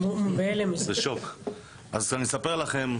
אני אספר לכם,